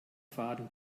faden